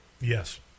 Yes